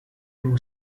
two